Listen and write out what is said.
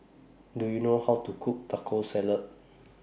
Do YOU know How to Cook Taco Salad